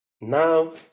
now